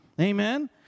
Amen